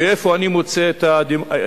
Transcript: ואיפה אני מוצא את הדמגוגיה?